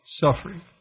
suffering